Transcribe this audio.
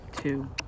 two